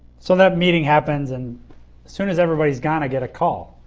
so that meeting happens and soon as everybody's gone i get a call.